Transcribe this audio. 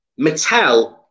Mattel